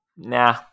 Nah